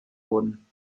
wurden